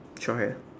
short hair